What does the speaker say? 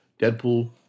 Deadpool